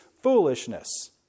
foolishness